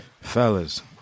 Fellas